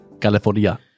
California